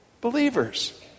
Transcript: believers